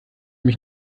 mich